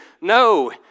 No